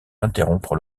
interrompre